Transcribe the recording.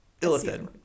Illithid